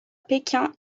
pékin